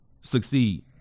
succeed